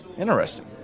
interesting